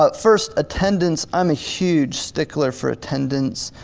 but first, attendance, i'm a huge stickler for attendance.